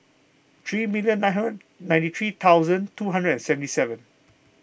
three million ninety three thousands two hundred and seventy seven